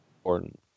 Important